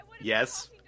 Yes